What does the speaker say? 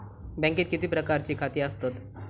बँकेत किती प्रकारची खाती आसतात?